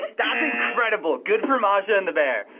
but that's incredible! good for masha and the bear!